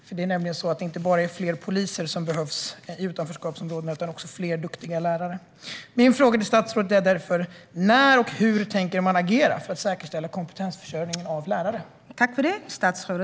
Det behövs nämligen inte bara fler poliser i utanförskapsområdena utan också fler duktiga lärare. Min fråga till statsrådet är därför: När och hur tänker ni agera för att säkerställa kompetensförsörjningen av lärare?